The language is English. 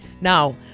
Now